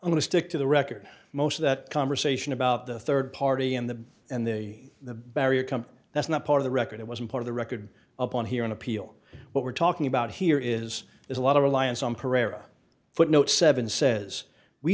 i'm going to stick to the record most of that conversation about the rd party and the and the the barrier come that's not part of the record it wasn't part of the record up on here on appeal what we're talking about here is there's a lot of reliance on pereira footnote seven says we